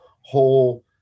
whole